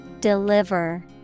Deliver